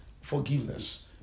forgiveness